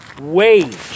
wage